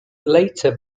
later